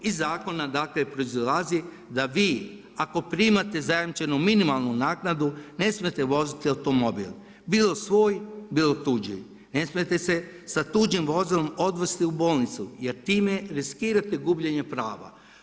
Iz zakona dakle proizlazi da vi ako primate zajamčenu minimalnu naknadu ne smijete voziti automobil bilo svoj, bilo tuđi, ne smijete se sa tuđim vozilom odvesti u bolnicu jer time riskirate gubljenje prava.